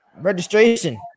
registration